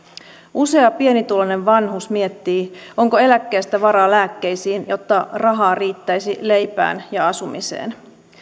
usea pienituloinen vanhus miettii onko eläkkeestä varaa lääkkeisiin jotta rahaa riittäisi leipään ja asumiseen